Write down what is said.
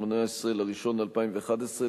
18 בינואר 2011,